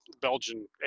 Belgian